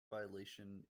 violation